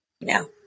No